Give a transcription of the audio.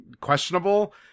questionable